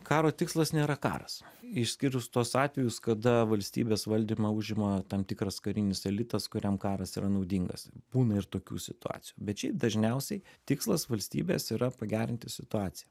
karo tikslas nėra karas išskyrus tuos atvejus kada valstybės valdymą užima tam tikras karinis elitas kuriam karas yra naudingas būna ir tokių situacijų bet šiaip dažniausiai tikslas valstybės yra pagerinti situaciją